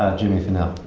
jimmy fennell.